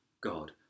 God